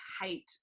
hate